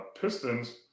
Pistons